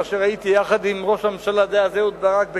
כאשר הייתי יחד עם ראש הממשלה דאז אהוד ברק בקמפ-דייוויד,